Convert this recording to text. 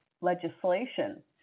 legislation